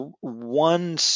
one